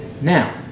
Now